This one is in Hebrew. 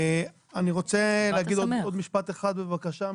אני רוצה להגיד עוד משפט אחד בבקשה.